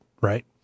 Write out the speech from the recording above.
Right